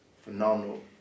phenomenal